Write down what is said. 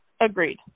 Agreed